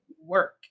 work